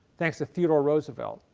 thanks to theodore roosevelt,